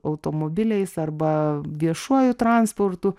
automobiliais arba viešuoju transportu